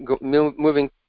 moving